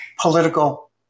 political